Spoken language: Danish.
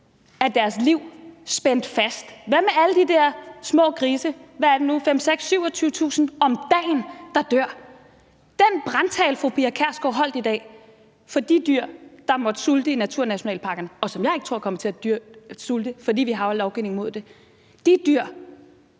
af deres liv? Hvad med alle de der smågrise – hvor mange er det nu, 25.000-27.000 om dagen – der dør? Den brandtale, fru Pia Kjærsgaard holdt i dag for de dyr, der måtte sulte i naturnationalparkerne – og som jeg ikke tror kommer til at sulte, fordi vi har en lovgivning mod det –